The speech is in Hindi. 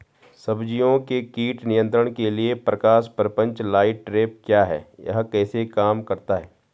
सब्जियों के कीट नियंत्रण के लिए प्रकाश प्रपंच लाइट ट्रैप क्या है यह कैसे काम करता है?